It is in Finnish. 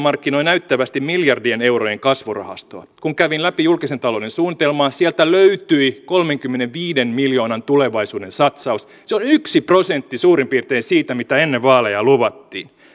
markkinoi näyttävästi miljardien eurojen kasvurahastoa kun kävin läpi julkisen talouden suunnitelmaa sieltä löytyi kolmenkymmenenviiden miljoonan tulevaisuuden satsaus se on yksi prosentti suurin piirtein siitä mitä ennen vaaleja luvattiin